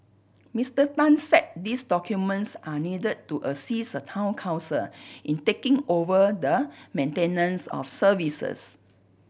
Mister Tan said these documents are needed to assist a Town Council in taking over the maintenance of services